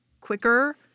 quicker